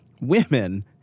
women